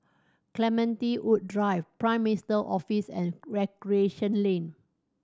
Clementi Woods Drive Prime Minister Office and Recreation Lane